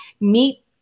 meet